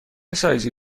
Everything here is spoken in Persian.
سایزی